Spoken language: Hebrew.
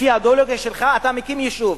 לפי האידיאולוגיה שלך אתה מקים יישוב,